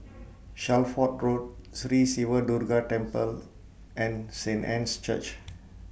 Shelford Road Sri Siva Durga Temple and Saint Anne's Church